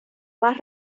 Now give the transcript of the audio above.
más